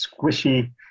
squishy